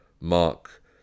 Mark